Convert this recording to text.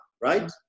right